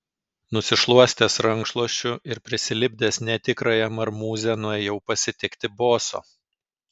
nusišluostęs rankšluosčiu ir prisilipdęs netikrąją marmūzę nuėjau pasitikti boso